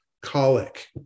colic